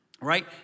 right